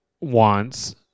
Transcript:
wants